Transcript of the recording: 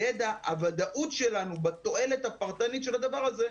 הוודאות שלנו בתועלת הפרטנית של הדבר הזה,